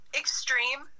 extreme